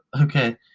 okay